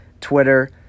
Twitter